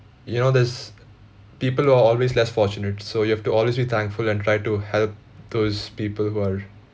you know there's people who are always less fortunate so you have to always be thankful and try to help those people who are